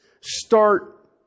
start